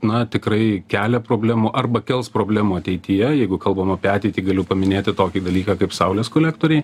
na tikrai kelia problemų arba kels problemų ateityje jeigu kalbam apie ateitį galiu paminėti tokį dalyką kaip saulės kolektoriai